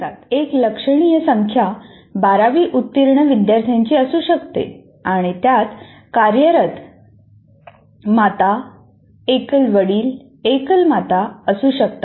त्यातील एक लक्षणीय संख्या बारावी उत्तीर्ण विद्यार्थ्यांची असू शकते आणि त्यात कार्यरत माता एकल वडील एकल माता असू शकतात